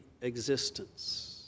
existence